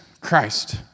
Christ